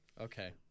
Okay